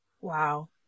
Wow